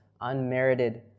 unmerited